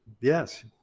yes